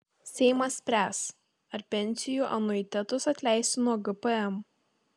seimas spręs ar pensijų anuitetus atleisti nuo gpm